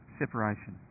separation